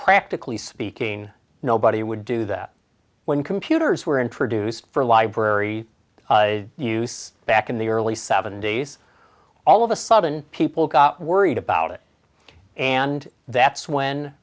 practically speaking nobody would do that when computers were introduced for library use back in the early seventy's all of a sudden people got worried about it and that's when